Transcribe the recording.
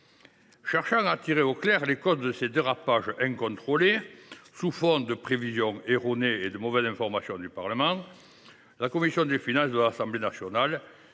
Cherchant à tirer au clair les causes de ce dérapage incontrôlé, sur fond de prévisions erronées et de mauvaise information du Parlement, la commission des finances de l’Assemblée nationale